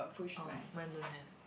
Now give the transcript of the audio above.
oh mine don't have